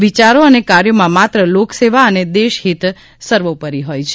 વિચારો અને કાર્યોમાં માત્ર લોકસેવા અને દેશહિત સર્વોપરી હોય છે